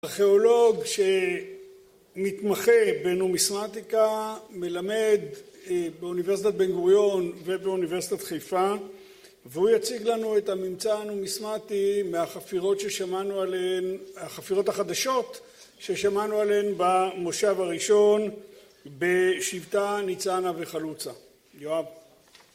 ארכיאולוג שמתמחה בנוציסמטיקה, מלמד באוניברסיטת בן גוריון ובאוניברסיטת חיפה והוא יציג לנו את הממצא הנומיסמטי מהחפירות החדשות ששמענו עליהן במושב הראשון בשבטה, ניצנה וחלוצה יואב